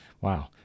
Wow